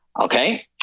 Okay